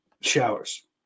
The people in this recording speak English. showers